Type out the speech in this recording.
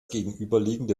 gegenüberliegende